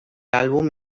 álbum